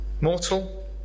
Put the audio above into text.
Mortal